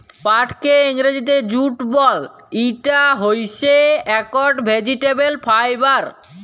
পাটকে ইংরজিতে জুট বল, ইটা হইসে একট ভেজিটেবল ফাইবার